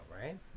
right